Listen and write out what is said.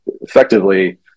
effectively –